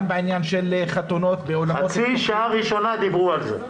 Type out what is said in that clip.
גם בעניין של חתונות באולמות --- חצי שעה ראשונה דיברו על זה.